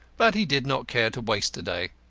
but he did not care to waste a day.